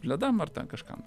ledam ar ten kažkam tai